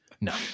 No